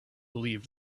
believed